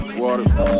water